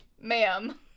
Ma'am